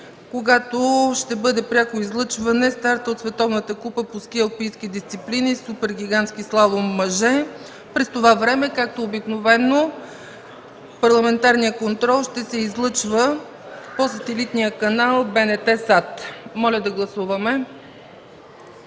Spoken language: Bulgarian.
когато ще бъде прякото излъчване на старта от Световната купа по ски алпийски дисциплини, супергигантски слалом мъже. През това време, както обикновено, парламентарният контрол ще се излъчва по сателитния канал БНТ САТ. Моля да гласуваме.